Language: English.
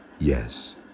Yes